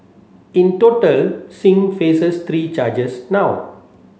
in total Singh faces three charges now